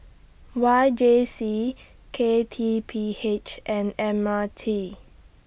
Y J C K T P H and M R T